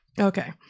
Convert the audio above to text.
Okay